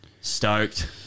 stoked